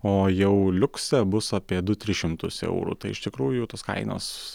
o jau liukse bus apie du tris šimtus eurų tai iš tikrųjų tos kainos